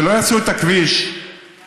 שלא יעשו את הכביש מהמוביל,